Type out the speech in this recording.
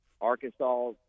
Arkansas